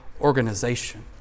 organization